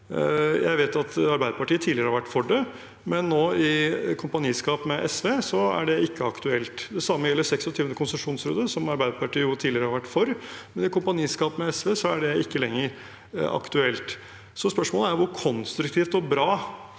Jeg vet at Arbeiderpartiet tidligere har vært for det, men nå, i kompaniskap med SV, er det ikke aktuelt. Det samme gjelder 26. konsesjonsrunde, som Arbeiderpartiet tidligere har vært for, men i kompaniskap med SV er det ikke lenger aktuelt. Spørsmålet er hvor konstruktivt og bra